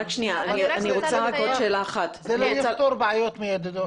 צריך לפתור בעיות מיידיות.